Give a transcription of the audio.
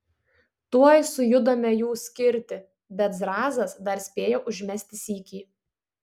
tuoj sujudome jų skirti bet zrazas dar spėjo užmesti sykį